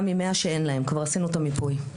ממאה שאין להן, כבר עשינו את המיפוי.